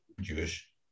Jewish